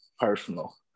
personal